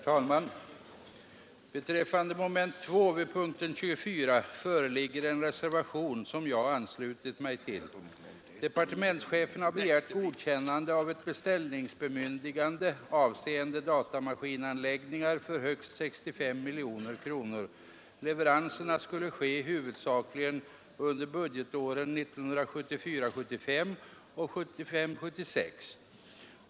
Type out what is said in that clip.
Herr talman! Beträffande momentet 2 vid punkten 24 föreligger en reservation som jag anslutit mig till. Departementschefen har begärt godkännande av ett beställningsbemyndigande avseende datamaskinanläggningar för högst 65 miljoner kronor. Leveranserna skulle ske huvudsakligen under budgetåren 1974 76.